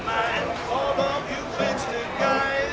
my god